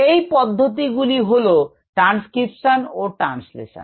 এই পদ্ধতি গুলি হল ট্রানস্ক্রিপশন ও ট্রানসলেশন